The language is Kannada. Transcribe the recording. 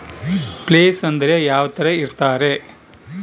ಪ್ಲೇಸ್ ಅಂದ್ರೆ ಯಾವ್ತರ ಇರ್ತಾರೆ?